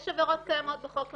יש עבירות קיימות בחוק העונשין,